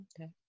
Okay